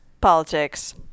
politics